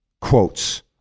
quotes